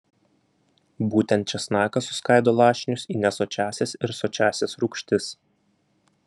būtent česnakas suskaido lašinius į nesočiąsias ir sočiąsias rūgštis